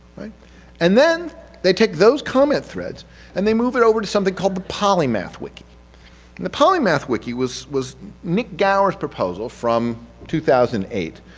and then they take those comment threads and they movie it over to something called the polymath wiki. and the polymath wiki was was nick gower's proposal from two thousand and eight.